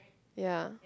ya